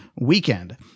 weekend